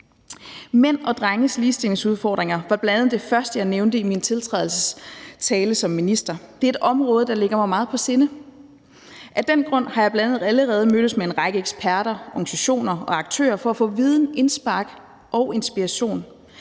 Mænd og drenges ligestillingsudfordringer var bl.a. det første, jeg nævnte i min tiltrædelsestale som minister. Det er et område, der ligger mig meget på sinde. Af den grund har jeg bl.a. allerede mødtes med en række eksperter, organisationer og aktører for at få viden, indspark og inspiration.